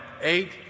eight